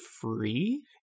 free